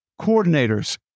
Coordinators